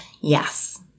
Yes